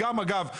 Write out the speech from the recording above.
אגב,